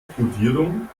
kodierung